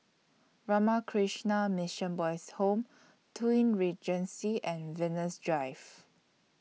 Ramakrishna Mission Boys' Home Twin Regency and Venus Drive